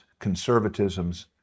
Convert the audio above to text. conservatisms